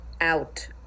out